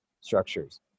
structures